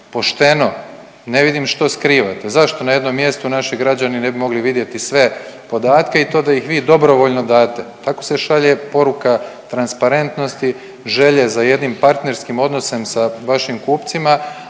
pošteno, ne vidim što skrivate. Zašto na jednom mjestu naši građani ne bi mogli vidjeti sve podatke i to da ih vi dobrovoljno dajete. Tako se šalje poruka transparentnosti, želje za jednim partnerskim odnosom sa vašim kupcima